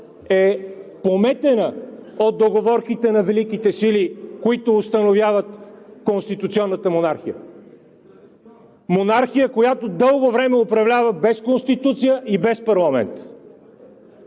е пометена от договорките на Великите сили, които установяват конституционната монархия – монархия, която дълго време управлява без конституция и без парламент.